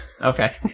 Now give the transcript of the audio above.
Okay